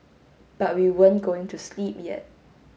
but we weren't going to sleep yet